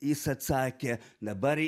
jis atsakė dabar